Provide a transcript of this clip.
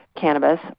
cannabis